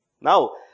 Now